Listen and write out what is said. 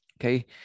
Okay